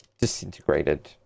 disintegrated